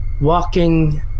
walking